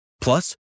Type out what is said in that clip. Plus